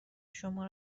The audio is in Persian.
شما